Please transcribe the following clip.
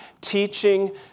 teaching